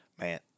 Man